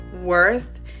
worth